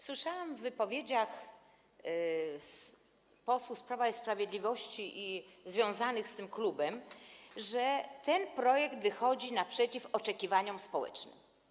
Słyszałam w wypowiedziach posłów z Prawa i Sprawiedliwości i związanych z tym klubem, że ten projekt wychodzi naprzeciw oczekiwaniom społecznym.